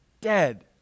dead